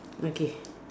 okay